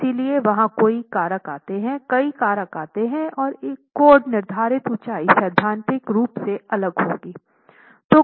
इसलिए वहाँ कई कारक आते हैं और इसलिए कोड निर्धारित ऊंचाई सैद्धांतिक रूप से अलग होगी